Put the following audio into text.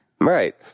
Right